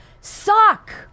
suck